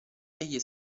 egli